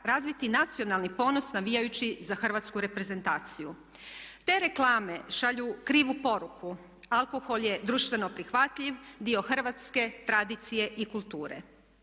razviti nacionalni ponos navijajući za hrvatsku reprezentaciju. Te reklame šalju krivu poruku. Alkohol je društveno prihvatljiv, dio hrvatske tradicije i kulture.